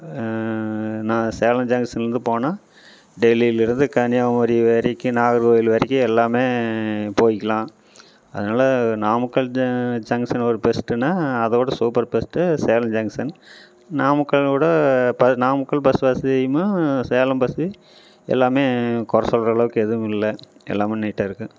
நான் சேலம் ஜங்ஷன் இருந்து போனால் டெல்லியில் இருந்து கன்னியாகுமரி வரைக்கும் நாகர்கோவில் வரைக்கும் எல்லாம் போயிக்கிலாம் அதனால நாமக்கல் ஜங்ஷன் ஒரு பெஸ்டுன்னா அதோடு super best Salem junction Namakkal வோட ப நாமக்கல் பஸ் வசதியும் சேலம் பஸ்ஸு எல்லாம் குறை சொல்லுகிற அளவுக்கு எதுவுமில்லை எல்லாம் நீட்டாக இருக்குது